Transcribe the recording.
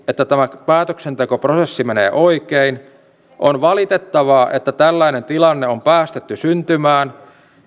että tämä päätöksentekoprosessi menee oikein on valitettavaa että tällainen tilanne on päästetty syntymään